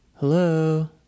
Hello